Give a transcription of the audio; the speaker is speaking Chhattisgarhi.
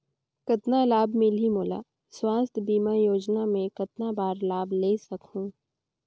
कतना लाभ मिलही मोला? स्वास्थ बीमा योजना मे कतना बार लाभ ले सकहूँ?